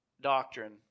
doctrine